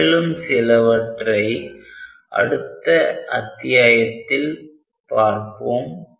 மேலும் சிலவற்றை அடுத்த அத்தியாயத்தில் பார்ப்போம்